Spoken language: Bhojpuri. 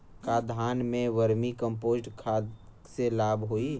का धान में वर्मी कंपोस्ट खाद से लाभ होई?